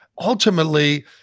ultimately